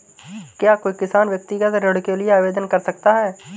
क्या कोई किसान व्यक्तिगत ऋण के लिए आवेदन कर सकता है?